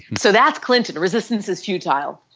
so that's clinton resistance as futile.